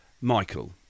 Michael